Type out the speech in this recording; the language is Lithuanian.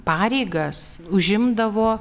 pareigas užimdavo